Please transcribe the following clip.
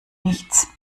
nichts